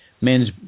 men's